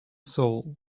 soul